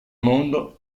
mondo